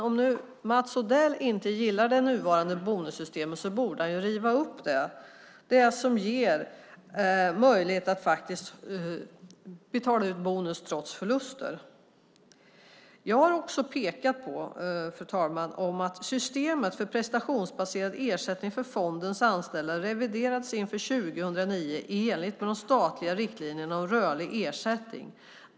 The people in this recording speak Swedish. Om Mats Odell inte gillar det nuvarande bonussystemet borde han riva upp det, det vill säga det system som ger möjlighet att faktiskt betala ut bonus trots förluster. Jag har också pekat på, fru talman, att systemet för prestationsbaserad ersättning för fondens anställda reviderats inför 2009 i enlighet med de statliga riktlinjerna om rörlig ersättning.